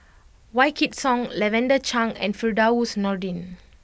Wykidd Song Lavender Chang and Firdaus Nordin